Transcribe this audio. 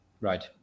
Right